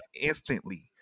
instantly